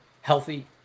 healthy